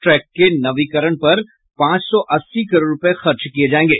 track के नवीकरण पर पांच सौ अस्सी करोड़ रूपये खर्च किये जायेंगे